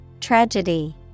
Tragedy